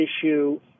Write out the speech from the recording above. issue